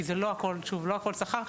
כי זה לא הכל, שוב, לא הכל שכר.